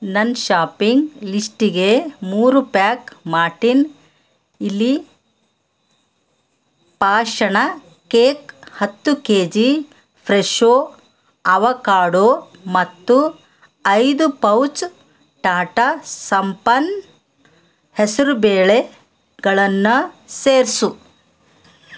ನನ್ನ ಶಾಪಿಂಗ್ ಲಿಸ್ಟಿಗೆ ಮೂರು ಪ್ಯಾಕ್ ಮಾರ್ಟಿನ್ ಇಲಿ ಪಾಷಾಣ ಕೇಕ್ ಹತ್ತು ಕೆಜಿ ಫ್ರೆಶೊ ಅವಕಾಡೊ ಮತ್ತು ಐದು ಪೌಚ್ ಟಾಟಾ ಸಂಪನ್ ಹೆಸರು ಬೇಳೆಗಳನ್ನು ಸೇರಿಸು